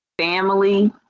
family